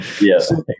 Yes